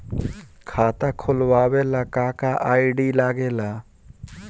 खाता खोलवावे ला का का आई.डी लागेला?